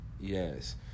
Yes